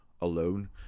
alone